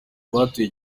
batoye